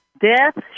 Death